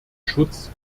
schutz